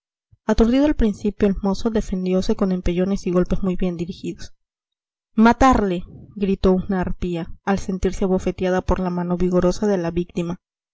aturdido al principio el mozo defendiose con empellones y golpes muy bien dirigidos matarle gritó una arpía al sentirse abofeteada por la mano vigorosa de la víctima